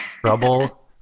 trouble